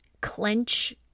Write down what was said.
clench